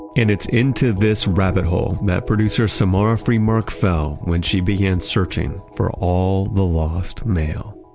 and it's into this rabbit hole that producer samara freemark found when she began searching for all the lost mail